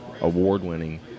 award-winning